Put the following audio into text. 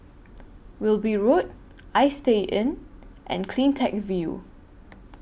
Wilby Road Istay Inn and CleanTech View